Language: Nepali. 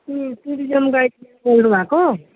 टु टुरिज्म गाइड बोल्नु भएको